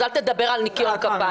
אז אל תדבר על ניקיון כפיים.